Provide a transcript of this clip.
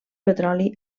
petroli